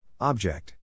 Object